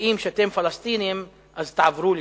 גאים שאתם פלסטינים, אז תעברו לשם.